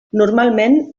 normalment